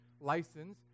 license